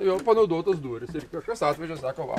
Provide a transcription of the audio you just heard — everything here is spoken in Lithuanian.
jau panaudotos durys ir kažkas atvežė sako va